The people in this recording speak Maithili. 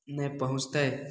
नहि पहुँचतै